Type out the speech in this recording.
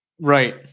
Right